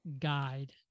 guide